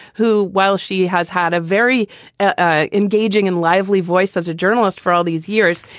who while she has had a very ah engaging and lively voice as a journalist for all these years,